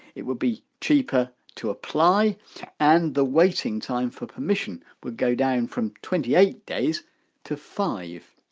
it would be cheaper to apply and the waiting time for permission would go down from twenty eight days to five.